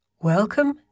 Welcome